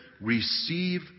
Receive